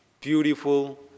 Beautiful